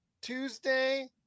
tuesday